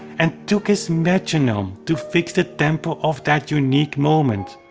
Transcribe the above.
and took his metronome to fix the tempo of that unique moment.